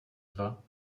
dva